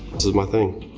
this is my thing.